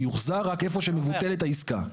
יוחזר רק איפה שמבוטלת העסקה.